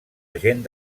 agent